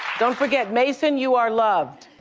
don't forget, mason, you are loved.